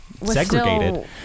segregated